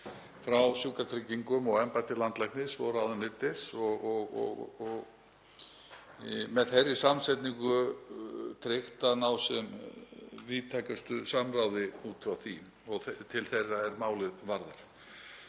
frá Sjúkratryggingum og embætti landlæknis og ráðuneyti og með þeirri samsetningu tryggt að ná sem víðtækustu samráði út frá því og til þeirra er málið varðar.